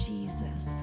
Jesus